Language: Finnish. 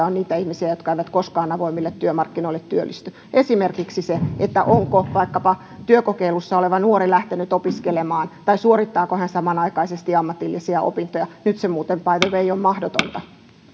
on niitä ihmisiä jotka eivät koskaan avoimille työmarkkinoille työllisty esimerkiksi sitä onko vaikkapa työkokeilussa oleva nuori lähtenyt opiskelemaan tai suorittaako hän samanaikaisesti ammatillisia opintoja nyt se muuten by the way on mahdotonta